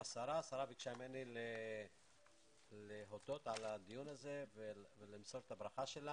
השרה ביקשה ממני להודות על הדיון הזה ומסור את ברכתה.